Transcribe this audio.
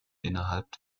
innerhalb